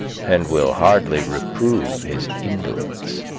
and will hardly reprove his indolence.